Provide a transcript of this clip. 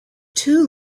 two